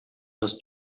das